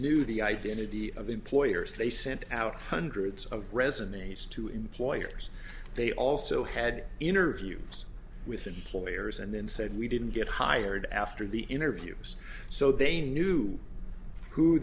the identity of employers they sent out hundreds of resonates to employers they also had interviews with the lawyers and then said we didn't get hired after the interviews so they knew who